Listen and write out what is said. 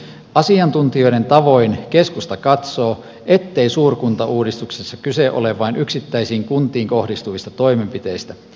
asiantuntijoiden tavoin keskusta katsoo ettei suurkuntauudistuksessa ole kyse vain yksittäisiin kuntiin kohdistuvista toimenpiteistä